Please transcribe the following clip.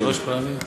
שלוש פעמים.